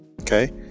okay